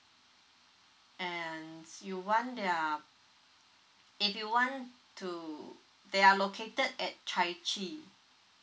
and you want their if you want to they're located at chai chee